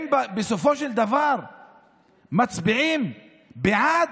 הם בסופו של דבר מצביעים בעד.